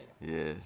Yes